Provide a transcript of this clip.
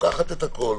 לוקחת את הכול,